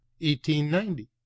1890